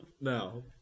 No